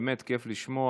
באמת כיף לשמוע.